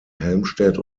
helmstedt